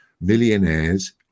millionaires